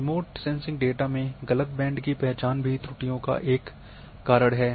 remote sensing data में गलत band की पहचान भी त्रुटियों का एक कारण है